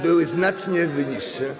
Były znacznie niższe.